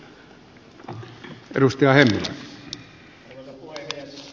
arvoisa puhemies